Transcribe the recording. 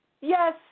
Yes